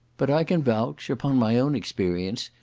but i can vouch, upon my own experience,